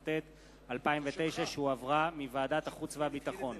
התשס”ט 2009, שהחזירה ועדת החוץ והביטחון,